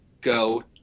go